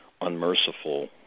unmerciful